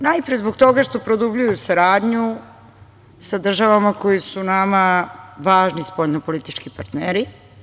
Najpre zbog toga što produbljuju saradnju sa državama koje su nama važni spoljnopolitički partneri.